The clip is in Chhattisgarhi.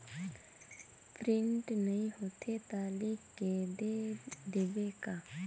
प्रिंट नइ होथे ता लिख के दे देबे का?